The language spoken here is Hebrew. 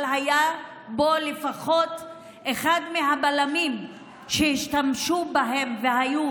אבל היה לפחות אחד הבלמים שהשתמשו בהם ושהיו